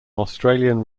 australian